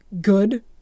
good